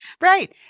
Right